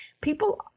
people